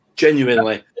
Genuinely